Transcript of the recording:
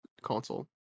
console